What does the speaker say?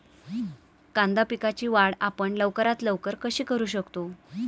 कांदा पिकाची वाढ आपण लवकरात लवकर कशी करू शकतो?